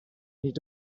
need